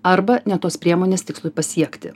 arba ne tos priemonės tikslui pasiekti